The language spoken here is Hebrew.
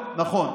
נכון.